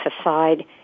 aside